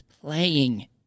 playing